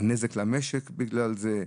הנזק למשק בגלל זה,